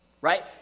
right